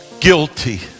guilty